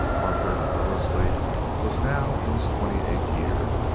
arthur wellesley was now in his twenty-eighth year.